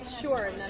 Sure